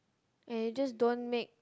and you just don't make